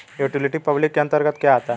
Utility public के अंतर्गत क्या आता है?